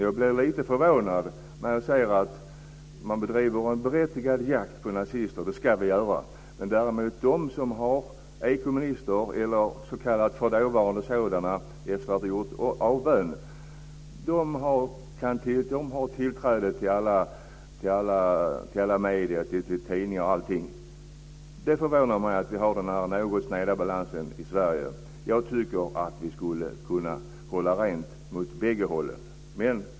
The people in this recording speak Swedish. Jag blir lite förvånad när jag ser att man bedriver berättigad jakt på nazister - det ska vi göra - men att de som är kommunister eller förutvarande sådana, efter att ha gjort avbön, har tillträde till alla medier, tidningar och allting. Det förvånar mig att vi har detta något sneda betraktelsesätt i Sverige. Jag tycker att vi skulle kunna hålla rent åt bägge hållen.